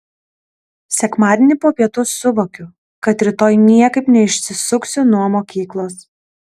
sekmadienį po pietų suvokiu kad rytoj niekaip neišsisuksiu nuo mokyklos